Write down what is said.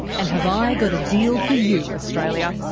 and have i got a deal for you, australia.